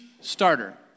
starter